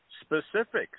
specifics